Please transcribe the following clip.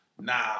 Nah